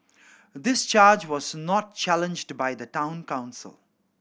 this charge was not challenged by the Town Council